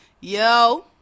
Yo